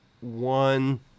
One